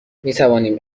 میتوانیم